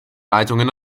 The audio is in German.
leitungen